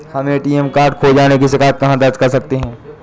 हम ATM card खो जाने की शिकायत कहाँ दर्ज कर सकते हैं?